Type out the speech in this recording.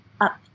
up